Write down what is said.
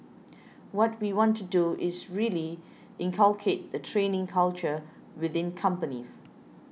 what we want to do is really inculcate the training culture within companies